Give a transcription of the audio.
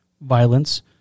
violence